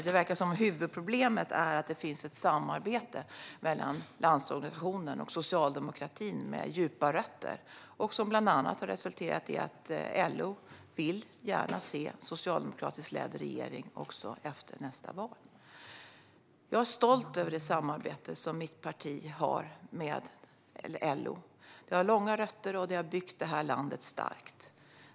Det verkar som att huvudproblemet för Lars Beckman är att det mellan Landsorganisationen och socialdemokratin finns ett samarbete som har djupa rötter och som bland annat har resulterat i att LO gärna vill se en socialdemokratiskt ledd regering också efter nästa val. Jag är stolt över det samarbete som mitt parti har med LO. Det har långa rötter och har byggt det här landet starkt.